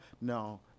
No